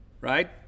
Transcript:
Right